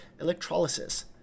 electrolysis